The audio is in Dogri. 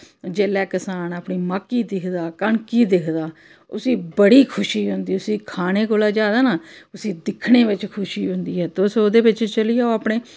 जेल्लै कसान अपनी मक्की दिक्खदा कनक गी दिक्खदा उस्सी बड़ी खुशी होंदी उस्सी खाने कोला जैदा ना उस्सी दिक्खने बिच्च खुशी होंदी ऐ तुस ओह्दे बिच्च चली जाओ अपने